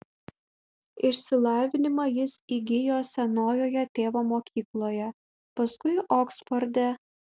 išsilavinimą jis įgijo senojoje tėvo mokykloje paskui oksforde